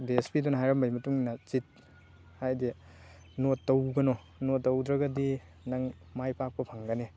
ꯗꯤ S P ꯗꯨꯅ ꯍꯥꯏꯔꯝꯕꯩ ꯃꯇꯨꯡ ꯏꯟꯅ ꯆꯤꯠ ꯍꯥꯏꯗꯤ ꯅꯣꯠ ꯇꯧꯒꯅꯨ ꯅꯣꯠ ꯇꯧꯗ꯭ꯔꯒꯗꯤ ꯅꯪ ꯃꯥꯏ ꯄꯥꯛꯄ ꯐꯪꯒꯅꯤ